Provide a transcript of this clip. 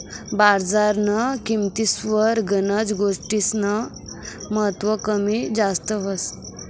बजारन्या किंमतीस्वर गनच गोष्टीस्नं महत्व कमी जास्त व्हस